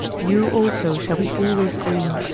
you also shall be always green,